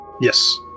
Yes